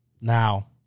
Now